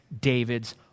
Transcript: David's